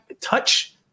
touch